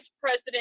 president